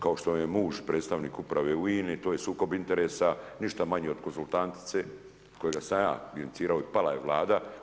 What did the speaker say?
Kao što joj je i muž predstavnik Uprave u INA-i, to je sukob interesa, ništa manje od konzultantice kojega sam ja inicirao i pala je Vlada.